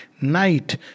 night